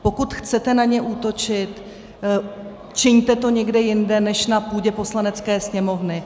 Pokud chcete na ně útočit, čiňte to někde jinde než na půdě Poslanecké sněmovny.